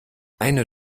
eine